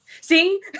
See